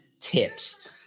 tips